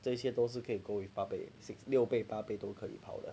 这一些都是可以 go with 八倍的六倍八倍都可以 power